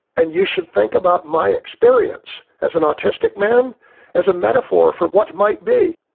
and you should think about my experience as an autistic man as a metaphor for what might be.